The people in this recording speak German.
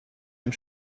dem